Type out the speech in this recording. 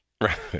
Right